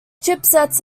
chipsets